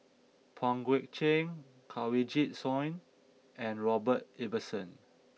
Pang Guek Cheng Kanwaljit Soin and Robert Ibbetson